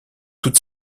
toute